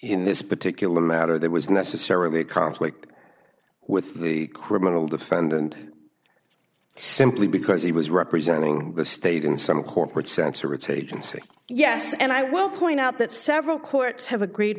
in this particular matter there was necessarily a conflict with the criminal defendant simply because he was representing the state in some corporate sense or its agency yes and i will point out that several courts have agreed